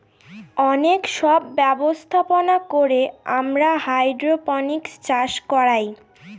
অনেক সব ব্যবস্থাপনা করে আমরা হাইড্রোপনিক্স চাষ করায়